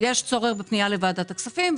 יש צורך בפנייה לוועדת הכספים.